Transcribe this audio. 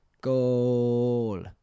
Goal